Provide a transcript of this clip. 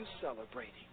celebrating